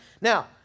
Now